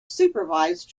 supervise